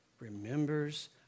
remembers